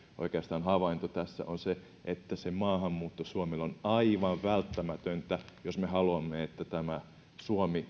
havainto tässä se maahanmuutto suomelle on aivan välttämätöntä jos me haluamme että suomi